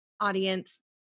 audience